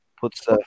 puts